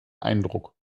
eindruck